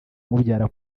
umubyara